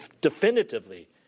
definitively